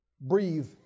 Breathe